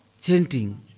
chanting